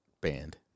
Band